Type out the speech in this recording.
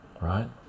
right